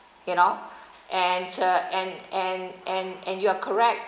you know and uh and and and and you are correct